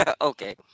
Okay